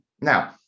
Now